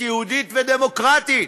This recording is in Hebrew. יהודית ודמוקרטית.